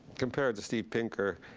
compared to steve pinker,